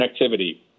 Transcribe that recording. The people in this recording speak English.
connectivity